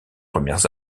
premières